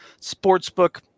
Sportsbook